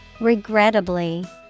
Regrettably